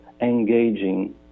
engaging